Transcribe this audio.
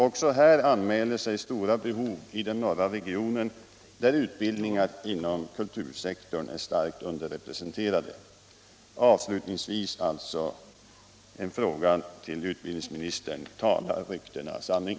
Även här anmäler sig stora behov i den norra regionen, där utbildningen inom kultursektorn är starkt underdimensionerad. Till sist alltså en fråga till utbildningsministern: Talar ryktena sanning?